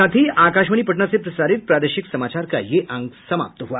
इसके साथ ही आकाशवाणी पटना से प्रसारित प्रादेशिक समाचार का ये अंक समाप्त हुआ